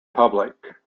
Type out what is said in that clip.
public